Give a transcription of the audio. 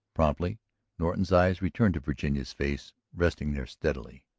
promptly norton's eyes returned to virginia's face, resting there steadily.